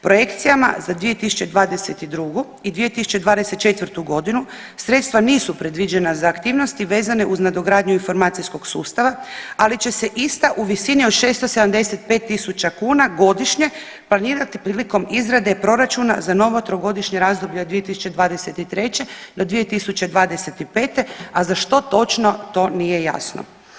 Projekcijama za 2022. i 2024. godinu sredstva nisu predviđena za aktivnosti vezane uz nadogradnju informacijskog sustava, ali će se ista u visini od 675000 kuna godišnje planirati prilikom izrade proračuna za novo trogodišnje razdoblje od 2023. do 2025. a za što točno to nije jasno.